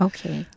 Okay